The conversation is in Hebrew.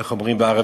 איך אומרים בערבית,